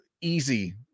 easy